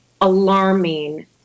alarming